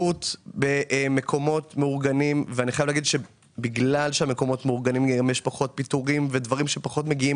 בגלל שהמקומות מאורגנים יש פחות פיטורים ופחות דברים שמגיעים